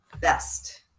best